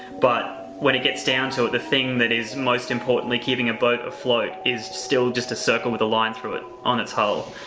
but, when it gets down to it, the thing that is most importantly keeping a boat afloat is still just a circle with a line through it on its hull.